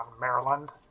Maryland